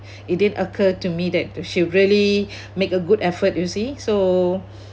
it didn't occur to me that she really make a good effort you see so